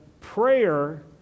prayer